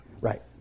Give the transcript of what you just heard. Right